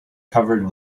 covered